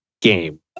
game